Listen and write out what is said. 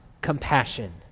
compassion